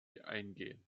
eingehen